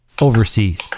overseas